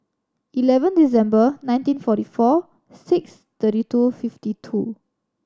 eleven December nineteen forty four six thirty two fifty two